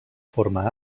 forma